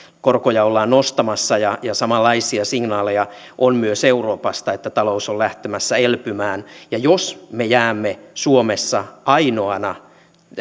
korkoja ollaan nostamassa ja ja samanlaisia signaaleja on myös euroopasta että talous on lähtemässä elpymään jos me jäämme suomessa ainoana